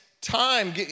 time